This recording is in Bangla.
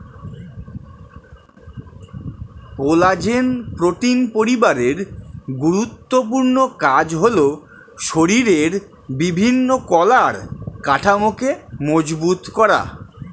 কোলাজেন প্রোটিন পরিবারের গুরুত্বপূর্ণ কাজ হলো শরীরের বিভিন্ন কলার কাঠামোকে মজবুত করা